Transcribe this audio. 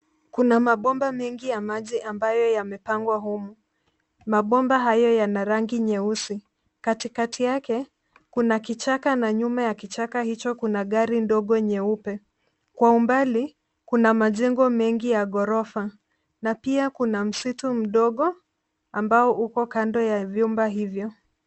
Kuna mabomba mengi ya maji ambayo yamepangwa humu. Mabomba hayo yana rangi nyeusi. Katikati yake kuna kichaka na nyuma ya kichaka hicho kuna gari ndogo nyeupe. Kwa umbali, kuna majengo mengi ya ghorofa na pia kuna msitu mdogo ambao uko kando ya vyumba hivyo.